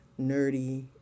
Nerdy